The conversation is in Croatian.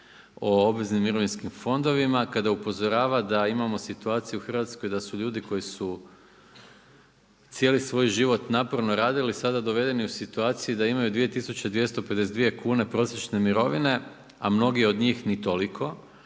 o obveznim mirovinskim fondovima, kada upozorava da imamo situaciju u Hrvatskoj da su ljudi koji su cijeli svoj život naporno radili sada dovedeni u situaciju imaju 2250 kune prosječne mirovine, a mnogi od njih nit toliko